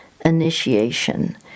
initiation